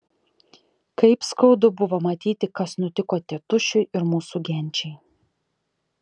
kaip skaudu buvo matyti kas nutiko tėtušiui ir mūsų genčiai